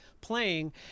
playing